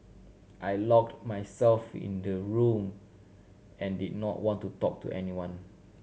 I locked myself in the room and did not want to talk to anyone